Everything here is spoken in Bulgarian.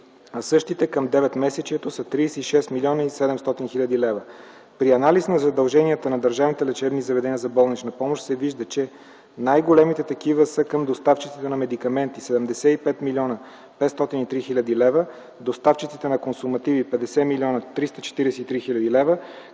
а същите към деветмесечието са 36 млн. 700 хил. лв. При анализ на задълженията на държавните лечебни заведения за болнична помощ се вижда, че най-големите такива са към доставчиците на медикаменти – 75 млн. 503 хил. лв., доставчиците на консумативи – 50 млн. 343 хил. лв.,